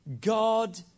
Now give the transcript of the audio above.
God